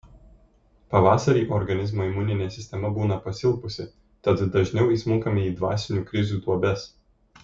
pavasarį organizmo imuninė sistema būna pasilpusi tad dažniau įsmunkame į dvasinių krizių duobes